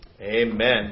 Amen